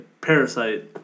parasite